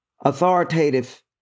authoritative